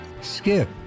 Skip